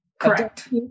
Correct